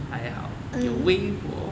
还好有微波